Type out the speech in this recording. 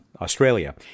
Australia